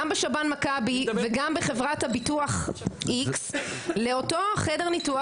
בשב"ן מכבי וגם בחברת הביטוח X לאותו חדר ניתוח,